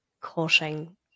cutting